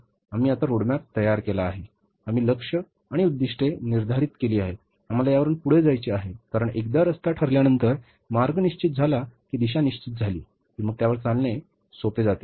आम्ही आता रोडमॅप तयार केला आहे आम्ही लक्ष्य आणि उद्दीष्टे निर्धारित केली आहेत आम्हाला यावरुन पुढे जायचे आहे कारण एकदा रस्ता ठरल्यानंतर मार्ग निश्चित झाला की दिशा निश्चित झाली की मग त्यावर चालणे सोपे आहे